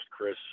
Chris